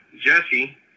Jesse